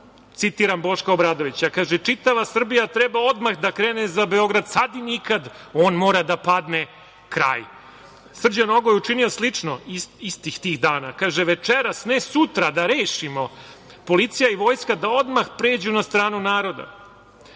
Citiram Boška Obradovića. Kaže – čitava Srbija treba odmah da krene za Beograd, sad i nikad on mora padne. Kraj. Srđan Nogo je učinio slično istih tih dana. Kaže, večeras, ne sutra, da rešimo, policija i vojska odmah da pređu na stranu